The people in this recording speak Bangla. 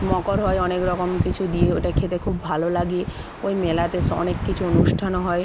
মকর হয় অনেক রকম কিছু দিয়ে ওইটা খেতে খুব ভালো লাগে ওই মেলাতে স অনেক কিছু অনুষ্ঠানও হয়